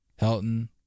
Helton